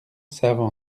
savent